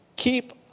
Keep